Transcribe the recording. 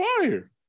fire